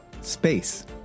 Space